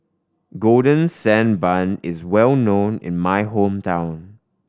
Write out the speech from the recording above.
Golden Sand Bun is well known in my hometown